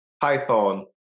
Python